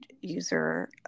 user